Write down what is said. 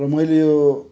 र मैले यो